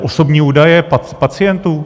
Osobní údaje pacientů?